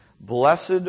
Blessed